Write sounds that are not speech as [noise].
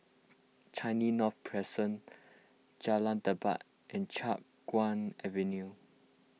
Changi North Crescent Jalan [unintelligible] and Chiap Guan Avenue